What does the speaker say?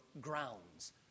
grounds